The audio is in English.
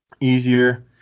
easier